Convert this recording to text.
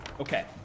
Okay